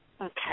Okay